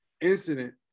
incident